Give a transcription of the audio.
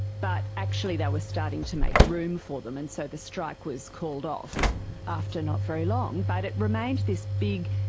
but actually they were starting to make room for them, and so the strike was called off after not very long. but it remained this big,